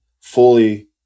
fully